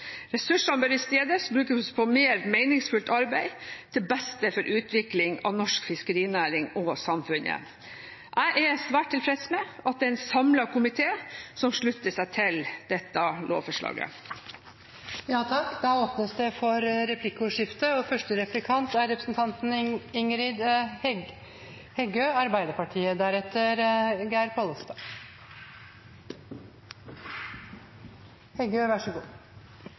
Ressursene bør i stedet brukes på mer meningsfullt arbeid til beste for utviklingen av norsk fiskerinæring og samfunnet. Jeg er svært tilfreds med at det er en samlet komité som slutter seg til dette lovforslaget. Det blir replikkordskifte. Vil fiskeriministeren respektera eit stortingsfleirtal og leggja til side tankane om å opna opp for at også industrien kan eiga båt og kvote? Jeg er